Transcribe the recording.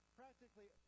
practically